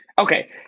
Okay